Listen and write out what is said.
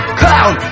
clown